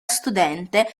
studente